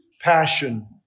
passion